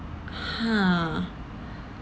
ha